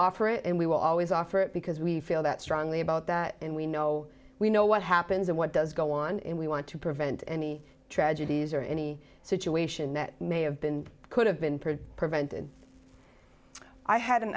offer it and we will always offer it because we feel that strongly about that and we know we know what happens and what does go on and we want to prevent any tragedies or any situation that may have been could have been prevented i had an